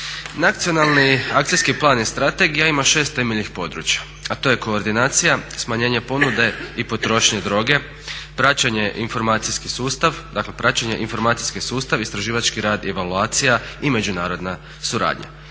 Nacionalni akcijski plan i strategija ima 6 temeljnih područja, a to je koordinacija, smanjenje ponude i potrošnje droge, praćenje i informacijski sustav, istraživački rad i valuacija i međunarodna suradnja.